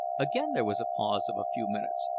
again there was a pause of a few minutes,